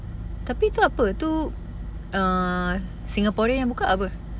tapi tu apa tu err singaporean yang buka apa